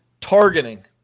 targeting